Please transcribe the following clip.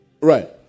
Right